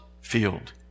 field